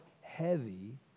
heavy